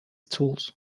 tools